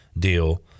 deal